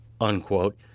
unquote